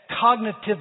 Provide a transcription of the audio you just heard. cognitive